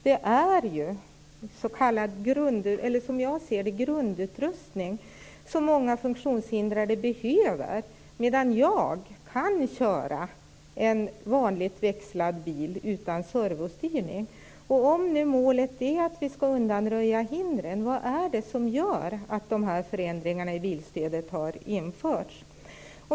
Som jag ser det är detta grundutrustning som många funktionshindrade behöver, medan jag kan köra en vanligt växlad bil utan servostyrning. Om nu målet är att vi skall undanröja hindren - vad är det då som gör att de här förändringarna i bilstödet har införts?